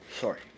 Sorry